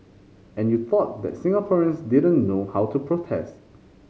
and you thought that Singaporeans didn't know how to protest